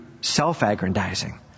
self-aggrandizing